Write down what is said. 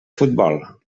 futbol